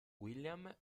william